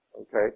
okay